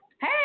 Hey